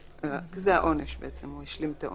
זה העונש, הוא השלים את העונש.